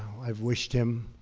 i've wished him